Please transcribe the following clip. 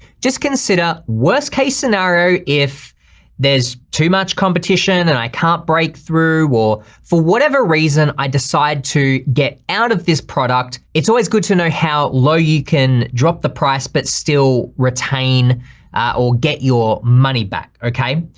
just consider worst case scenario if there's too much competition and i can't break through, or for whatever reason i decide to get out of this product, it's always good to know how low you can drop the price but still retain or get your money back, okay.